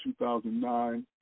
2009